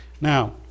Now